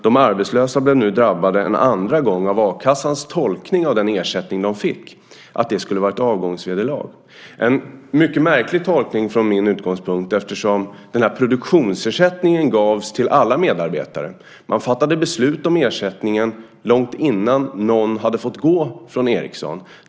De arbetslösa blev nu drabbade en andra gång av a-kassans tolkning av den ersättning de fick, nämligen att det skulle vara ett avgångsvederlag. Det är en mycket märklig tolkning utifrån min utgångspunkt. Produktionsersättningen gavs till alla medarbetare. Man fattade beslut om ersättningen långt innan någon hade fått gå från Ericsson.